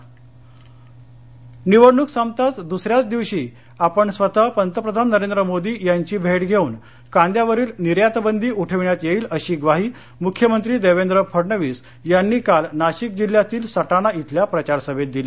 कांदा नाशिक निवडणूक संपताच दूसऱ्याच दिवशी आपण स्वतः पंतप्रधान नरेंद्र मोदी यांची भेट धेऊन कांद्यावरील निर्यात बंदी उठविण्यात येईल अशी ग्वाही मुख्यमंत्री देवेंद्र फडणवीस यांनी काल नाशिक जिल्ह्यातील सटाणा इथल्या प्रचार सभेत दिली